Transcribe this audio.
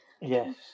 Yes